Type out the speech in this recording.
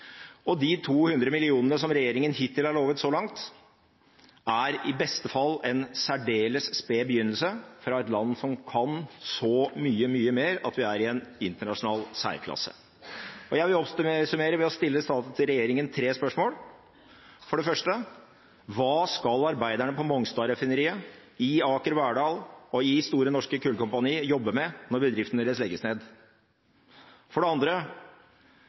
verden. De 200 mill. kr som regjeringen har lovet så langt, er i beste fall en særdeles sped begynnelse fra et land som kan så mye, mye mer at vi er i en internasjonal særklasse. Jeg vil oppsummere ved å stille regjeringen tre spørsmål. For det første: Hva skal arbeiderne på Mongstad-raffineriet, i Aker Verdal og i Store Norske Kullkompani jobbe med når bedriftene deres legges ned? For det andre: